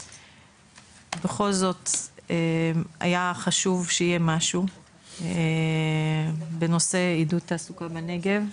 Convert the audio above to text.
בכל זאת היה חשוב שיהיה משהו בנושא עידוד תעסוקה בנגב.